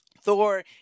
Thor